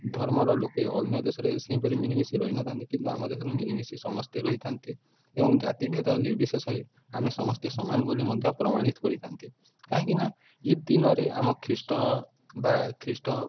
ଧର୍ମର ଲୋକେ ଅନ୍ୟ ଦେଶରେ ସେହିପରି ମିଳିମିଶି ରହିନଥାନ୍ତି କିନ୍ତୁ ଆମ ଦେଶରେ ମିଳିମିଶି ସମସ୍ତେ ରହିଥାନ୍ତି ଏବଂ ଜାତିଭେଦ ନିର୍ବିଶେଷରେ ଆମେ ସମସ୍ତେ ସମାନ ବୋଲି ମଧ୍ୟ ପ୍ରମାଣିତ କରିଥାନ୍ତି କାହିଁକିନା ଇଦ୍ ଦିନରେ ଆମ ଖ୍ରୀଷ୍ଟ ବା ଖ୍ରୀଷ୍ଟ